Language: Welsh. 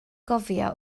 gofio